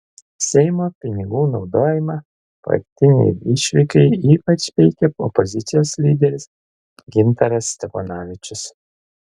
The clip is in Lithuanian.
seimo pinigų naudojimą partinei išvykai ypač peikė opozicijos lyderis gintaras steponavičius